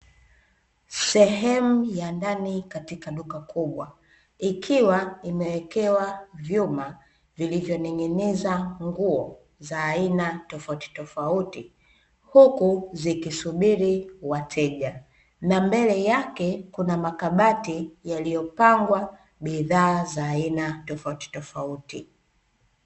Sehemu ya ndani katika duka kubwa, ikiwa imewekewa vyuma vilivyoning'iniza nguo za aina tofautitofauti, huku zikisubiri wateja na mbele yake kuna makabati yaliyopangwa bidhaa za aina tofautitofauti.